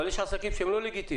אבל יש עסקים שהם לא לגיטימיים.